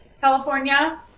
California